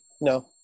no